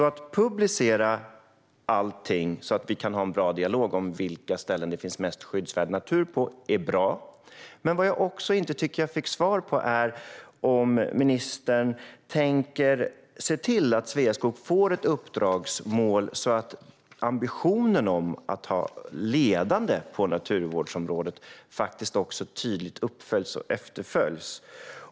Att publicera allting så att vi kan ha en bra dialog om vilka ställen det finns mest skyddsvärd natur på är alltså bra, men vad jag inte tycker att jag fick svar på är frågan om ministern tänker se till att Sveaskog får ett uppdragsmål så att ambitionen att vara ledande på naturvårdsområdet tydligt följs upp och efterföljs.